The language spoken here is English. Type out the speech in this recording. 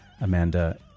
Amanda